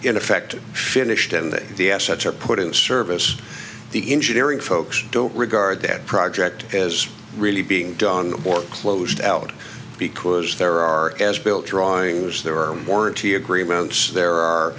effect finished and the assets are put in service the engineering folks don't regard that project as really being done or closed out because there are as built drawings there are more t agreements there are